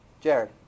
Jared